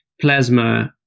plasma